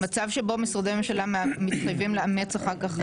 מצב שבו משרדי הממשלה מתחייבים לאמץ אחר כך